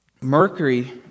Mercury